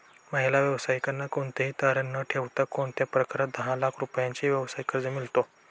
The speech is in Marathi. महिला व्यावसायिकांना कोणतेही तारण न ठेवता कोणत्या प्रकारात दहा लाख रुपयांपर्यंतचे व्यवसाय कर्ज मिळतो?